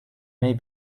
may